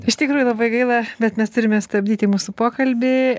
iš tikrųjų labai gaila bet mes turime stabdyti mūsų pokalbį